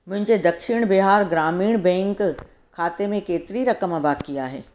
मुंहिंजे दक्षिण बिहार ग्रामीण बैंक खाते में केतिरी रक़म बाक़ी आहे